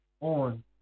on